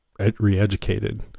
reeducated